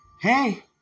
hey